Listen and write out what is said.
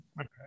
Okay